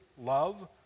love